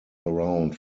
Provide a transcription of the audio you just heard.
around